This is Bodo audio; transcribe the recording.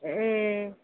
ए